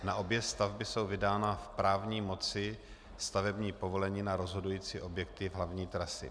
Na obě stavby jsou vydána v právní moci stavební povolení na rozhodující objekty hlavní trasy.